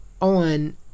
on